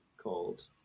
called